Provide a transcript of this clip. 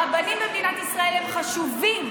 הרבנים במדינת ישראל הם חשובים,